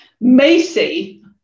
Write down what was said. Macy